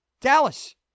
Dallas